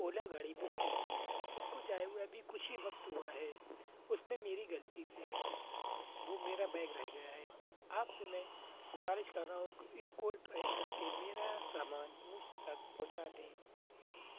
اولا گاڑی بک کی تھی اس کو جائے ہوئے ابھی کچھ ہی وقت ہوا ہے اس میں میری غلطی سے وہ میرا بیگ رہ گیا ہے آپ سے میں گذارش کر رہا ہوں کہ اس کو ٹریک کر کے میرا سامان مجھ تک پہنچا دیں